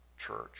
church